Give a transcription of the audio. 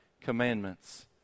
commandments